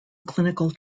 clinical